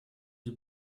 die